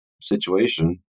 situation